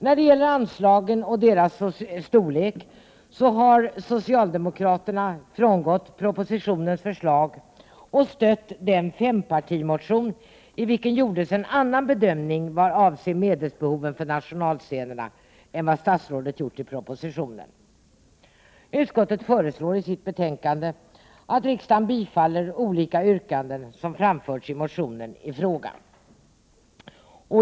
När det gäller anslagen och deras storlek har socialdemokraterna frångått propositionens förslag och stött den fempartimotion i vilken gjordes en annan bedömning vad avser medelsbehoven för nationalscenerna än vad statsrådet gjort i propositionen. Utskottet föreslår i sitt betänkande att riksdagen bifaller olika yrkanden som framförts i motionen i fråga.